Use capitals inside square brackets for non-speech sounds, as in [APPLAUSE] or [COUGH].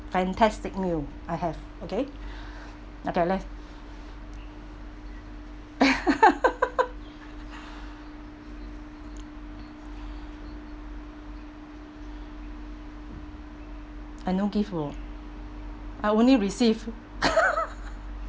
fantastic meal I have okay [BREATH] okay let's [LAUGHS] I no give orh I only receive [LAUGHS]